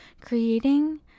creating